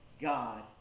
God